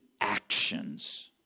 actions